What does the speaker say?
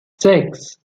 sechs